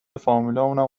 فامیلامونم